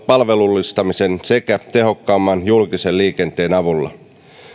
palvelullistamisen sekä tehokkaamman julkisen liikenteen avulla